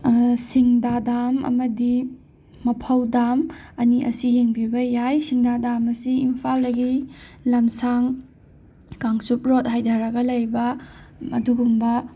ꯁꯤꯡꯗꯥ ꯗꯥꯝ ꯑꯃꯗꯤ ꯃꯐꯧ ꯗꯥꯝ ꯑꯅꯤ ꯑꯁꯤ ꯌꯦꯡꯕꯤꯕ ꯌꯥꯏ ꯁꯤꯡꯗꯥ ꯗꯥꯝ ꯑꯁꯤ ꯏꯝꯐꯥꯜꯗꯒꯤ ꯂꯝꯁꯥꯡ ꯀꯥꯡꯆꯨꯞ ꯔꯣꯠ ꯍꯥꯏꯗꯔꯒ ꯂꯩꯕ ꯑꯗꯨꯒꯨꯝꯕ